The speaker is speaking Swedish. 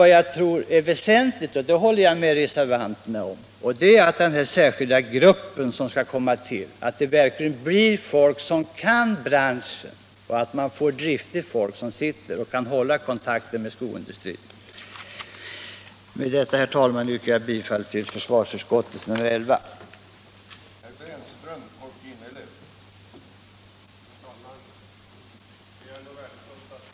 Det som är väsentligt — och här håller jag med reservanterna — är att den särskilda grupp som skall tillsättas kommer att bestå av folk som verkligen kan ekonomi och kan branschen och som kan hålla kontakten med skoindustrin. Herr talman! Med dessa ord yrkar jag bifall till försvarsutskottets hemställan i betänkandet nr 11.